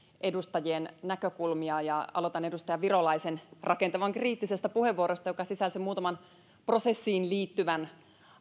edustajien näkökulmia ja aloitan edustaja virolaisen rakentavan kriittisestä puheenvuorosta joka sisälsi muutaman prosessiin liittyvän